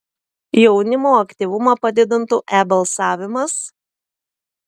jaunimo aktyvumą padidintų e balsavimas